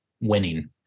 winning